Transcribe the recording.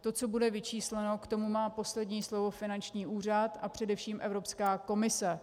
To, co bude vyčísleno, k tomu má poslední slovo finanční úřad a především Evropská komise.